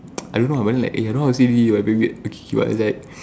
I don't know but then like i don't know how to say him but a bit weird he was like